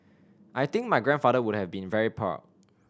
I think my grandfather would have been very proud